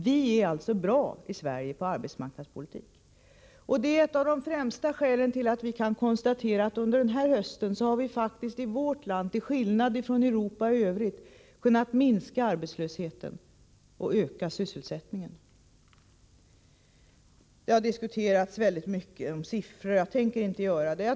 Vi är alltså bra i Sverige på arbetsmarknadspolitik, och det är ett av de främsta skälen till att vi kan konstatera att under den här hösten har vi i vårt land, till skillnad från Europa i övrigt, kunnat minska arbetslösheten och öka sysselsättningen. Det har diskuterats mycket om siffror, men jag tänker inte göra det nu.